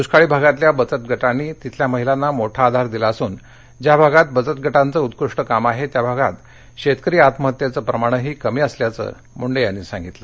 दृष्काळी भागातल्या बचत गटांनी तिथल्या महिलांना मोठा आधार दिला असून ज्या भागात बचत गटांचं उत्कृष्ट काम आह विया भागात शक्किरी आत्महत्याद्वीप्रमाणही कमी असल्याचं मुंडस्किणाल्या